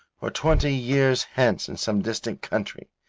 or twenty years hence in some distant country,